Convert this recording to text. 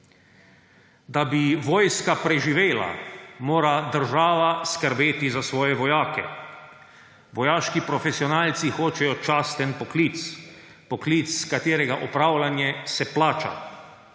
Da bi vojska preživela, mora država skrbeti za svoje vojake. Vojaški profesionalci hočejo časten poklic; poklic, katerega opravljanje se plača.